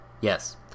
Yes